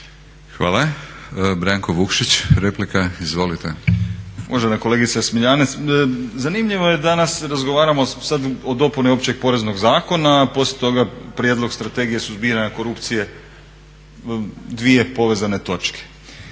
Hvala. Branko Vukšić replika, izvolite. **Vukšić, Branko (Nezavisni)** Uvažena kolegice Smiljanec, zanimljivo je danas razgovaramo sad o dopuni Općeg poreznog zakona, poslije toga Prijedlog strategije suzbijanja korupcije, dvije povezane točke.